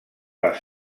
les